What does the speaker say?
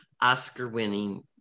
Oscar-winning